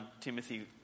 Timothy